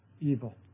evil